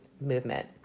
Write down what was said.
movement